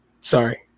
sorry